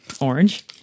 orange